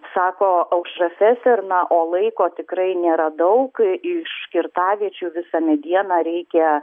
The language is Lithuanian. sako aušra feser na o laiko tikrai nėra daug iš kirtaviečių visą medieną reikia